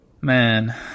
Man